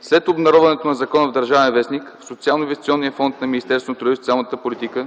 След обнародването на закона в “Държавен вестник” Социално-инвестиционният фонд на Министерството на труда и социалната политика